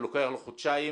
לוקח לו חודשיים